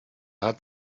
hat